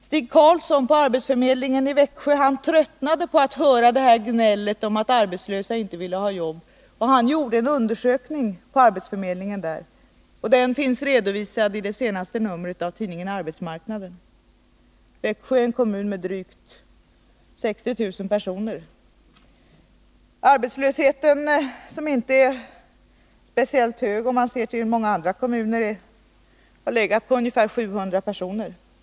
Stig Carlsson på arbetsförmedlingen i Växjö tröttnade på att höra det här gnället om att arbetslösa inte ville ha jobb och gjorde en undersökning på arbetsförmedlingen där. Den finns redovisad i det senaste numret av tidningen Arbetsmarknaden. Växjö är en kommun på drygt 60 000 personer. Arbetslösheten, som inte är särskilt hög i jämförelse med andra kommuner, har legat på ungefär 700 personer.